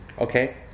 Okay